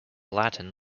latin